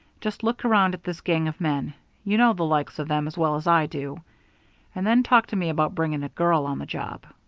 just look around at this gang of men you know the likes of them as well as i do and then talk to me about bringing a girl on the job.